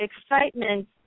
excitement